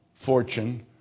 fortune